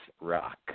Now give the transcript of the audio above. Rock